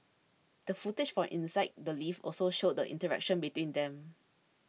the footage from inside the lift also showed the interaction between them